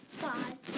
five